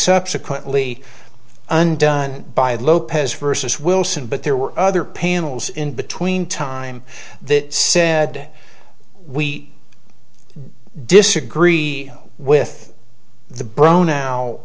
subsequently undone by lopez versus wilson but there were other panels in between time that said we disagree with the